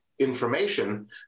information